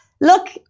look